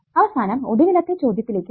അവസാനം ഒടുവിലത്തെ ചോദ്യത്തിലേക്ക് വരിക